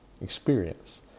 experience